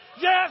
Yes